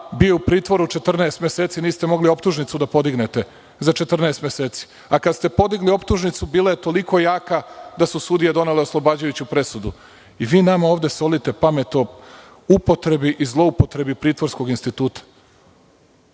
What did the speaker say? Bio u pritvoru 14 meseci. Niste mogli optužnicu da podignete za 14 meseci. Kada ste podigli optužnicu, bila je toliko jaka da su sudije donele oslobađajuću presudu. I vi nama ovde solite pamet o upotrebi i zloupotrebi pritvorskog instituta. Da